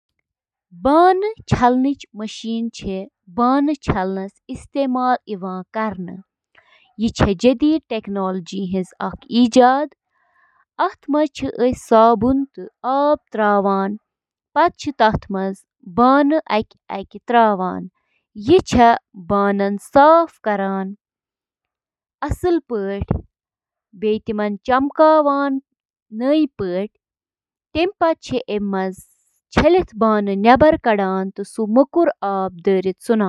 Dish washer چھِ اکھ یِژھ مِشیٖن یۄسہٕ ڈِشوار، کُک ویئر تہٕ کٹلری پٲنۍ پانے صاف کرنہٕ خٲطرٕ استعمال چھِ یِوان کرنہٕ۔ ڈش واشرٕچ بنیٲدی کٲم چھِ برتن، برتن، شیشہِ ہٕنٛدۍ سامان تہٕ کُک ویئر صاف کرٕنۍ۔